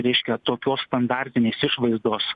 reiškia tokios standartinės išvaizdos